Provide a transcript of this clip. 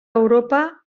europa